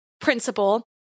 principle